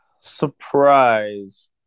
Surprise